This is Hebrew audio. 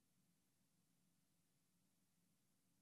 הטבות